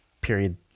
period